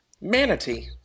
Manatee